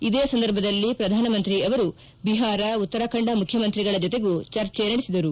ಇದೇ ಸಂದರ್ಭದಲ್ಲಿ ಪ್ರಧಾನಮಂತ್ರಿ ಅವರು ಬಿಹಾರ ಉತ್ತರಾಖಂಡ ಮುಖ್ಯಮಂತ್ರಿಗಳ ಜೊತೆಗೂ ಚರ್ಚೆ ನಡೆಸಿದರು